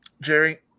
Jerry